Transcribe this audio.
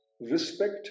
respect